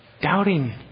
doubting